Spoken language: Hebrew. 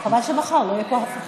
חבל שמחר לא יהיה פה אף אחד.